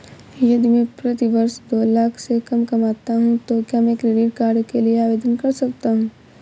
यदि मैं प्रति वर्ष दो लाख से कम कमाता हूँ तो क्या मैं क्रेडिट कार्ड के लिए आवेदन कर सकता हूँ?